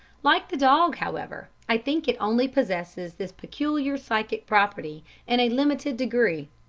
like the dog, however, i think it only possesses this peculiar psychic property in a limited degree.